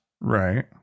right